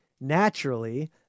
naturally